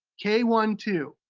k one, two.